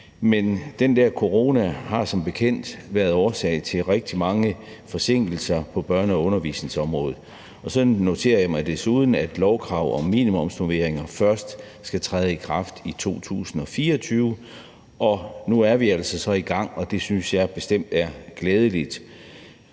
der corona har som bekendt været årsag til rigtig mange forsinkelser på børne- og undervisningsområdet. Så noterer jeg mig desuden, at lovkrav om minimumsnormeringer først skal træde i kraft i 2024. Nu er vi altså så i gang, og det synes jeg bestemt er glædeligt.